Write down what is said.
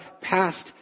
passed